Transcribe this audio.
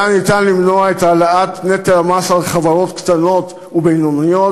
היה ניתן למנוע את העלאת נטל המס על חברות קטנות ובינוניות,